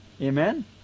Amen